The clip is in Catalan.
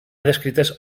descrites